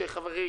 וחברי